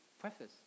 preface